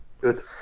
Good